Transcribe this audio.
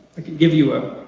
could give you a